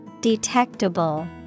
Detectable